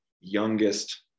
youngest